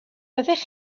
byddech